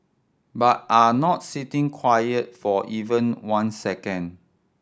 but are not sitting quiet for even one second